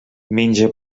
menja